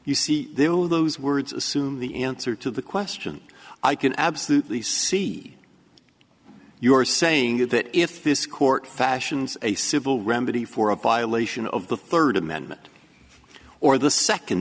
with those words assume the answer to the question i can absolutely see you are saying that if this court fashions a civil remedy for a violation of the third amendment or the second